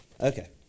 Okay